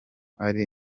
ari